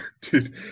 dude